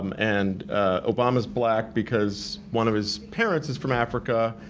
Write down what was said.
um and obama's black because one of his parents is from africa,